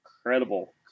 Incredible